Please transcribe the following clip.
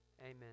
Amen